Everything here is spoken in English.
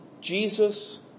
Jesus